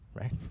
right